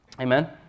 Amen